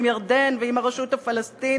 עם ירדן ועם הרשות הפלסטינית.